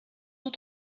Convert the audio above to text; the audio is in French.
eaux